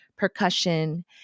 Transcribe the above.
percussion